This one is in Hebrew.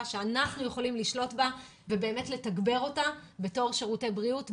שאנחנו יכולים לשלוט בה ולתגבר אותה בתור שירותי בריאות,